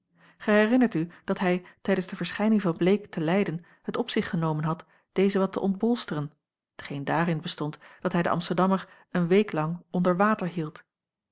herinnert u dat hij tijdens de verschijning van bleek te leyden het op zich genomen had dezen wat te ontbolsteren t geen daarin bestond dat hij den amsterdammer een week lang onder water hield